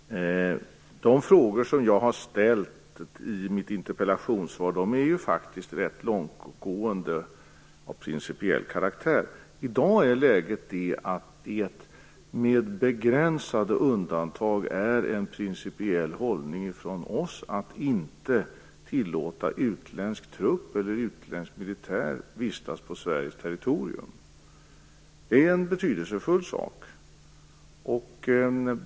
Fru talman! De frågor som jag har ställt i mitt interpellationssvar är ju rätt långtgående och av principiell karaktär. I dag är läget det att det, med begränsade undantag, är en principiell hållning från oss att inte tillåta utländsk trupp eller utländsk militär att vistas på Sveriges territorium. Det är en betydelsefull sak.